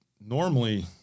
normally